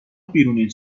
بیرونین